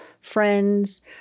friends